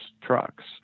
trucks